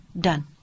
done